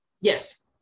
Yes